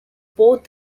both